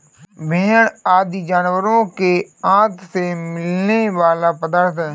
भेंड़ आदि जानवरों के आँत से मिलने वाला पदार्थ है